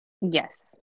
yes